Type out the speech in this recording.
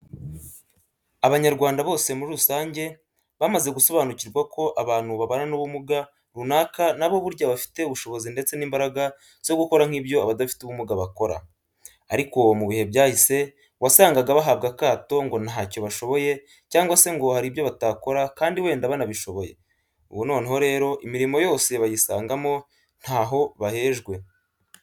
Abanyarwanda bose muri rusange bamaze gusobanukirwa ko abantu babana n'ubumuga runaka na bo burya bafite ubushobozi ndetse n'imbaraga zo gukora nk'ibyo abadafite ubumuga bakora. Ariko mu bihe byahise wasangaga bahabwa akato ngo ntacyo bashoboye, cyangwa se ngo hari ibyo batakora kandi wenda banabishoboye. Ubu noneho rero imirimo yose bayisangamo ntaho bahejwe.